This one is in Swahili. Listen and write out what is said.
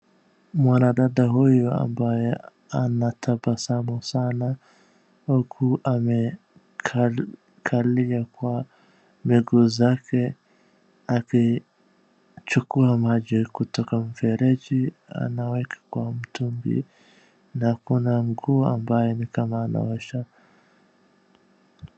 Mwanadada huyu ambaye anatabasamu sana huku amekalia kwa miguu zake akichukua maji kutoka mfereji anaweka kwa mtungi na kuna nguo ambaye ni kama anaosha.